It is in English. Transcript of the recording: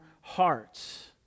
hearts